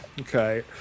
okay